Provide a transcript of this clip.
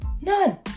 None